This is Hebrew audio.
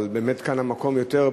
אבל באמת כאן המקום מתאים יותר,